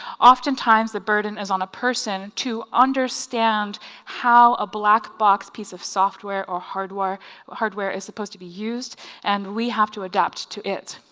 oftentimes the burden is on a person to understand how a black box piece of software or hardware hardware is supposed to be used and we have to adapt to it.